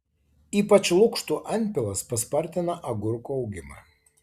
ypač lukštų antpilas paspartina agurkų augimą